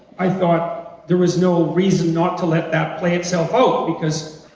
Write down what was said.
i thought there was no reason not to let that play itself out, because